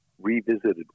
revisited